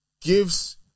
gives